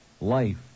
Life